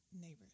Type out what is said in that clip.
Neighbors